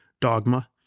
dogma